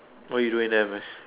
what you doing there man